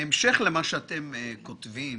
בהמשך למה שאתם כותבים,